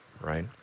right